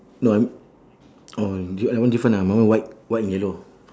no um your your one different ah my one white white and yellow